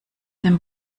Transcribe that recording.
dem